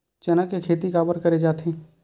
चना के खेती काबर करे जाथे?